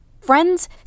Friends